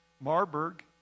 Marburg